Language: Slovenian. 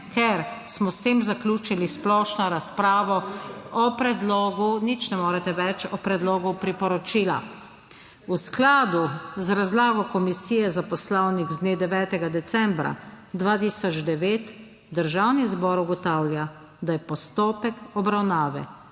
ker smo s tem zaključili splošno razpravo o predlogu... /oglašanje iz klopi/ nič ne morete več, o predlogu priporočila. V skladu z razlago Komisije za Poslovnik z dne 9. decembra 2009 Državni zbor ugotavlja, da je postopek obravnave